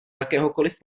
jakéhokoliv